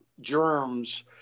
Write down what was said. germs